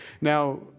Now